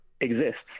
exists